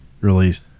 release